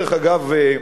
דרך אגב,